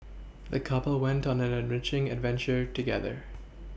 the couple went on an enriching adventure together